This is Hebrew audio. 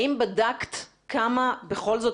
האם בדקת כמה בכל זאת,